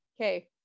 okay